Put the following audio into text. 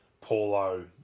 Paulo